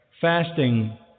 fasting